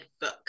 book